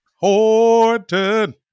Horton